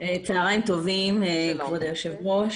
כבוד היושבת-ראש,